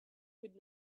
could